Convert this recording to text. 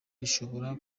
rishobora